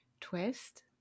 twist